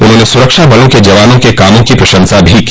उन्होंने सुरक्षा बलों के जवानों के कामों की प्रशंसा भी की